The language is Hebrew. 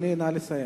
אדוני, נא לסיים.